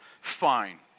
fine